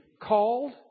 called